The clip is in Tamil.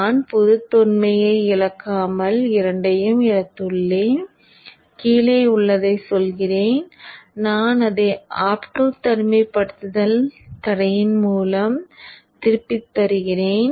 நான் பொதுத்தன்மையை இழக்காமல் இரண்டை எடுத்துள்ளேன் கீழே உள்ளதைச் சொல்கிறேன் நான் அதை ஆப்டோ தனிமைப்படுத்தல் தடையின் மூலம் திருப்பித் தருகிறேன்